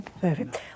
Perfect